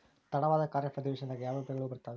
ತಡವಾದ ಖಾರೇಫ್ ಅಧಿವೇಶನದಾಗ ಯಾವ ಬೆಳೆಗಳು ಬರ್ತಾವೆ?